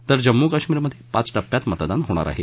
तर जम्मू काश्मीरमध्ये पाच टप्प्यात मतदान होणार आहे